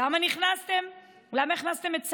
למה הכנסתם את צה"ל?